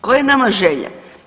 Koja je nama želja?